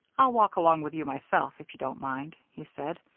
i'll walk along with you myself, if you don't mind, he said.